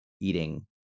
eating